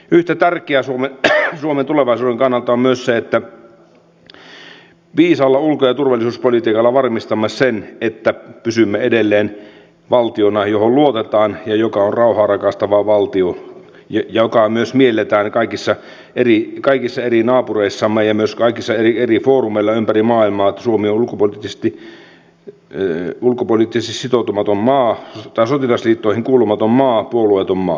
yhtä tärkeää suomen tulevaisuuden kannalta on se että viisaalla ulko ja turvallisuuspolitiikalla varmistamme sen että pysymme edelleen valtiona johon luotetaan ja joka on rauhaa rakastava valtio joka on myös mielletään kaikissa ja kaikissa eri naapureissamme ja myös kaikissa eri foorumeissa ympäri maailmaa mielletään että suomi on ulkopoliittisesti sitoutumaton maa sotilasliittoihin kuulumaton maa puolueeton maa